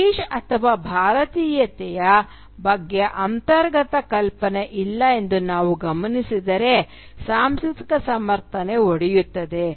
British ಅಥವಾ ಭಾರತೀಯತೆಯ ಬಗ್ಗೆ ಅಂತರ್ಗತ ಕಲ್ಪನೆ ಇಲ್ಲ ಎಂದು ನಾವು ಗಮನಿಸಿದರೆ ಸಾಂಸ್ಕೃತಿಕ ಸಮರ್ಥನೆ ಒಡೆಯುತ್ತದೆ